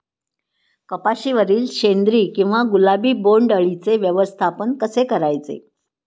कपाशिवरील शेंदरी किंवा गुलाबी बोंडअळीचे व्यवस्थापन कसे करायचे?